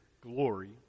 glory